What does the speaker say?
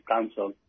Council